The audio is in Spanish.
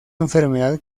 enfermedad